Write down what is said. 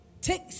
take